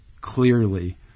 clearly